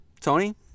tony